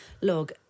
log